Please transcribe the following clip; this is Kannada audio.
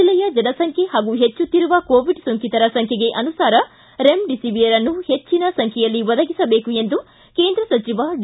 ಜಿಲ್ಲೆಯ ಜನಸಂಬ್ಕೆ ಹಾಗೂ ಹೆಚ್ಚುತ್ತಿರುವ ಕೋವಿಡ್ ಸೋಂಕಿತರ ಸಂಬೈಗೆ ಅನುಸಾರ ರೆಮಡಿಸಿವಿಯರ್ ಅನ್ನು ಹೆಚ್ಚಿನ ಸಂಬೈಯಲ್ಲಿ ಒದಗಿಸಬೇಕು ಎಂದು ಕೇಂದ್ರ ಸಚಿವ ಡಿ